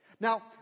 Now